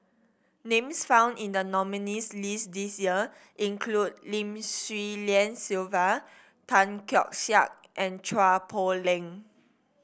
names found in the nominees' list this year include Lim Swee Lian Sylvia Tan Keong Saik and Chua Poh Leng